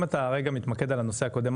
אם אתה רגע מתמקד על הנושא הקודם,